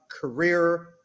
career